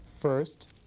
first